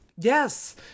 Yes